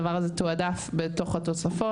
הדבר הזה תועדף בתוך התוספות.